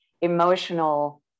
emotional